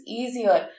easier